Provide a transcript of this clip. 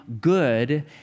good